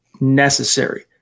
necessary